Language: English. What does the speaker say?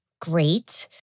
Great